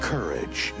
Courage